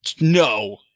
No